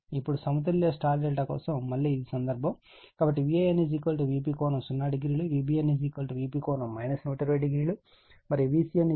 ఇప్పుడు సమతుల్య Υ ∆ కోసం మళ్ళీ ఇది Υ సందర్భం కాబట్టి Van Vp ∠00 Vbn Vp ∠ 1200 మరియు Vcn Vp ∠1200 ను ఇస్తుంది